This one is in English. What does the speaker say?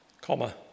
comma